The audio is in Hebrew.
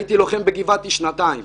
הייתי לוחם בגבעתי שנתיים,